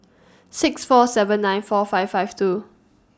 six four seven nine four five five two